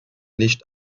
nicht